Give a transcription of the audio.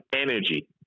energy